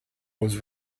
was